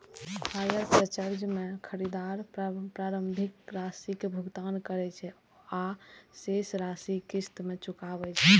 hire purchase मे खरीदार प्रारंभिक राशिक भुगतान करै छै आ शेष राशि किस्त मे चुकाबै छै